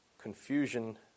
confusion